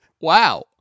Wow